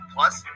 Plus